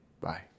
Bye